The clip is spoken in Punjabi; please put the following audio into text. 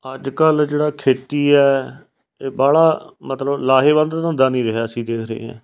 ਅੱਜ ਕੱਲ੍ਹ ਜਿਹੜਾ ਖੇਤੀ ਹੈ ਇਹ ਬਾਹਲਾ ਮਤਲਬ ਲਾਹੇਵੰਦ ਧੰਦਾ ਨਹੀਂ ਰਿਹਾ ਅਸੀਂ ਦੇਖ ਰਹੇ